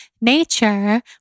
nature